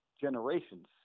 generations